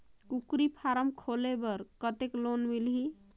कूकरी फारम खोले बर कतेक लोन मिलही?